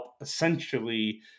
essentially